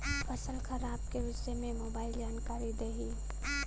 फसल खराब के विषय में मोबाइल जानकारी देही